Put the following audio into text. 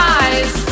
eyes